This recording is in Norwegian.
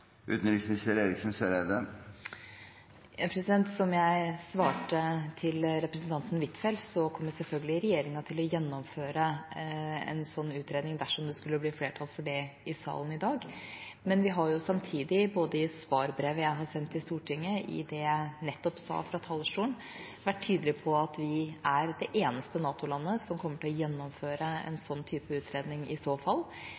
Som jeg svarte representanten Huitfeldt, kommer regjeringa selvfølgelig til å gjennomføre en sånn utredning dersom det skulle bli flertall for det i salen i dag, men vi har samtidig – både i svarbrevet jeg har sendt til Stortinget, og i det jeg nettopp sa fra talerstolen – vært tydelige på at vi er det eneste NATO-landet som i så fall kommer til å gjennomføre en